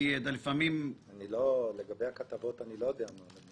יש לנו תכניות עבודה שאנחנו מכינים,